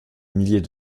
milliers